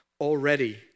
Already